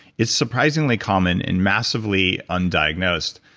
it's surprisingly common and massively undiagnosed.